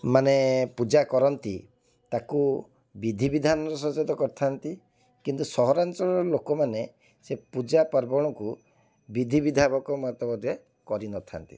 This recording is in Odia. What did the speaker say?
ମାନେ ପୂଜା କରନ୍ତି ତାକୁ ବିଧିବିଧାନର ସହିତ କରିଥାନ୍ତି କିନ୍ତୁ ସହରାଞ୍ଚଳର ଲୋକମାନେ ସେ ପୂଜା ପାର୍ବଣକୁ ବିଧିବିଧାନ ମୁତାବକ କରିନଥାନ୍ତି